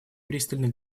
пристально